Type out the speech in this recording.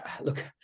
look